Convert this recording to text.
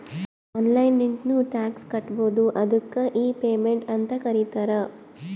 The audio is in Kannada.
ಆನ್ಲೈನ್ ಲಿಂತ್ನು ಟ್ಯಾಕ್ಸ್ ಕಟ್ಬೋದು ಅದ್ದುಕ್ ಇ ಪೇಮೆಂಟ್ ಅಂತ್ ಕರೀತಾರ